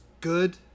good